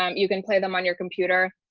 um you can play them on your computer.